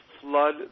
flood